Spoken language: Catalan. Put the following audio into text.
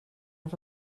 les